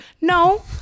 No